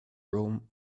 rome